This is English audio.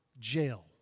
jail